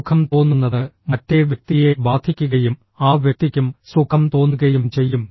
സുഖം തോന്നുന്നത് മറ്റേ വ്യക്തിയെ ബാധിക്കുകയും ആ വ്യക്തിക്കും സുഖം തോന്നുകയും ചെയ്യും